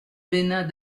benin